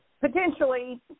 potentially